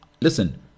listen